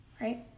right